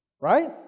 Right